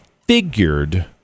figured